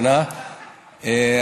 כן, הא?